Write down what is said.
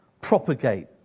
propagate